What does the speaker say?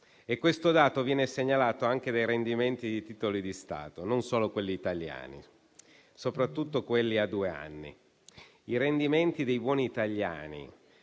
E questo dato viene segnalato anche dai rendimenti dei titoli di Stato (non solo quelli italiani), soprattutto quelli a due anni. I rendimenti dei buoni italiani